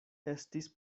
estis